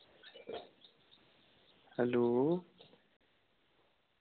hello